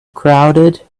crowded